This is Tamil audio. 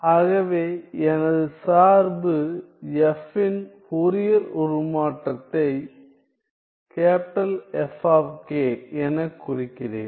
ஆகவே எனது சார்பு f இன் ஃபோரியர் உருமாற்றத்தை F எனக் குறிக்கிறேன்